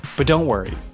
but don't worry.